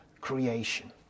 creation